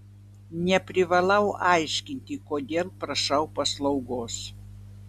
neprivalau aiškinti kodėl prašau paslaugos